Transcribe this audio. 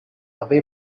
away